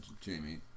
Jamie